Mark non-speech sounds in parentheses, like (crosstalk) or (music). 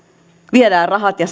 viedään rahat ja (unintelligible)